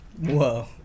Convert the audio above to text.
Whoa